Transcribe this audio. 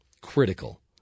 Critical